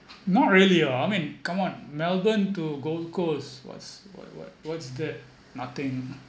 not really ah I mean come on melbourne to gold coast what's what what what's that nothing ah